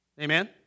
Amen